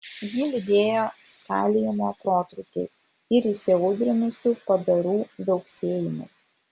jį lydėjo skalijimo protrūkiai ir įsiaudrinusių padarų viauksėjimai